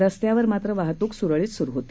रस्त्यावर मात्र वाहतूक सुरळीत चालू होती